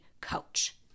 coach